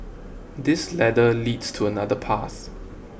this ladder leads to another path